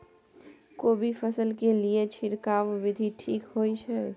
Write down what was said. कोबी फसल के लिए छिरकाव विधी ठीक होय छै?